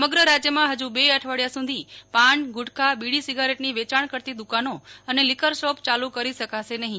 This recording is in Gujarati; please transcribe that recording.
સમગ્ર રાજ્યમાં ફજુ બે અઠવાડિયા સુધી પાન ગુટખા બીડી સીગરેટની વેચાણ કરતી દુકાનો અને લિકર શોપ ચાલુ કરી શકાશે નહીં